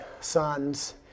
sons